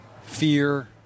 fear